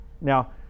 Now